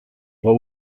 what